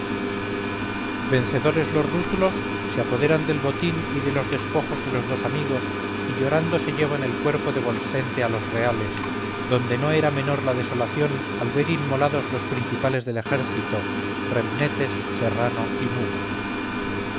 vencedores los rútulos se apoderan del botín y de los despojos de los dos amigos y llorando se llevan el cuerpo de volscente los reales donde no era menor la desolación al ver inmolados los principales del ejército remnetes serrano y numa